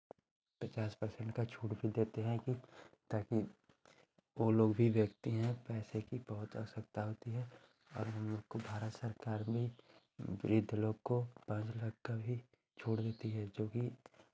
पचास पर्सेन्ट का छूट भी देते हैं क्यों ताकि वो लोग भी व्यक्ति हैं पैसे की बहुत आवश्यकता होती है और हम लोग को भारत सरकार में वृद्ध लोग को पाँच लाख का भी छूट देती है जो कि